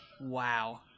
Wow